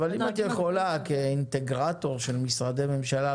אם את יכולה כאינטגרטור של משרדי ממשלה,